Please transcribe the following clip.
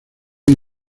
hay